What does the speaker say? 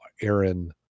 Aaron